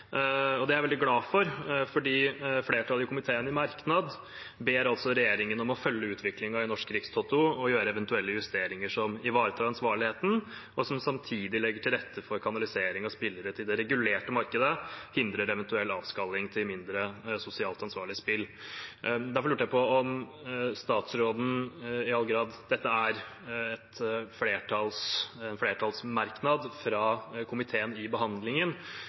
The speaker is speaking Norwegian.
og det er jeg veldig glad for, for flertallet i komiteen ber i merknad regjeringen om å følge utviklingen i Norsk Rikstoto og gjøre eventuelle justeringer som ivaretar ansvarligheten, og som samtidig legger til rette for kanalisering av spillere til det regulerte markedet og hindrer eventuell avskalling til mindre sosialt ansvarlige spill. Derfor lurte jeg på om statsråden, all den tid dette er en flertallsmerknad fra komiteen i behandlingen,